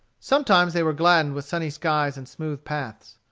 sometimes they were gladdened with sunny skies and smooth paths.